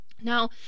Now